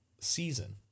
season